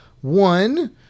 one